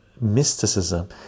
mysticism